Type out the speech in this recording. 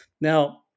now